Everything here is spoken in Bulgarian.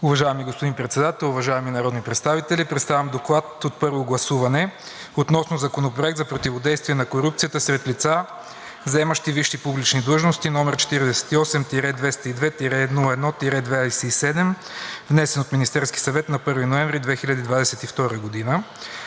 Уважаеми господин Председател, уважаеми народни представители! Представям: „ДОКЛАД за първо гласуване относно Законопроект за противодействие на корупцията сред лица, заемащи висши публични длъжности, № 48-202-01-27, внесен от Министерския съвет на 1 ноември 2022 г.